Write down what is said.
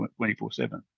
24-7